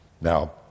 Now